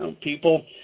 People